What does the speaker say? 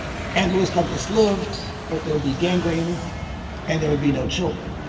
and lewis douglass lived but there would be gangrene and there would be no children.